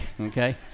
okay